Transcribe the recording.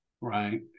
right